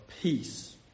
peace